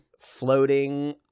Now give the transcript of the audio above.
floating